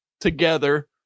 together